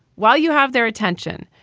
while you have their attention,